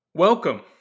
Welcome